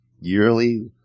yearly